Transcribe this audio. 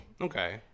Okay